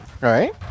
Right